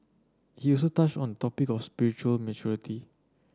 he also touched on the topic of spiritual maturity